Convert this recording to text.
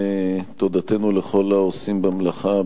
תודתנו לכל העושים במלאכה,